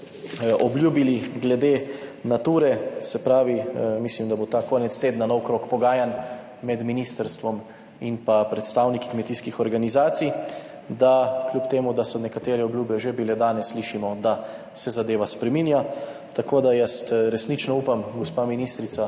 obljubili glede Nature, se pravi, mislim da bo ta konec tedna nov krog pogajanj med ministrstvom in pa predstavniki kmetijskih organizacij, da kljub temu, da so nekatere obljube že bile, danes slišimo, da se zadeva spreminja, tako da jaz resnično upam, gospa ministrica,